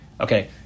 Okay